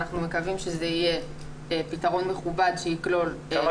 אנחנו מקווים שזה יהיה פתרון מכובד שיכלול --- כמה